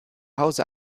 hause